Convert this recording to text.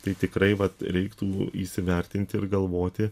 tai tikrai vat reiktų įsivertinti ir galvoti